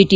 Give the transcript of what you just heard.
T